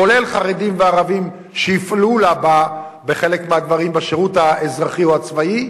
כולל חרדים וערבים שיופעלו להבא בחלק מהדברים בשירות האזרחי או הצבאי,